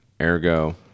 ergo